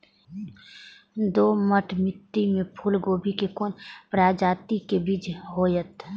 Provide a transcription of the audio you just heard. दोमट मिट्टी में फूल गोभी के कोन प्रजाति के बीज होयत?